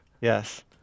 Yes